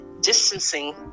distancing